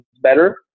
better